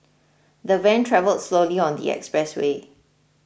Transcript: the van travelled slowly on the expressway